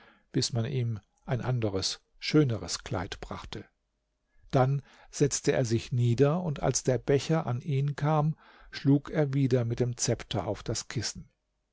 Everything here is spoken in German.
bis man ihm ein anderes schöneres kleid brachte dann setzte er sich nieder und als der becher an ihn kam schlug er wieder mit den zepter auf das kissen